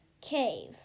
cave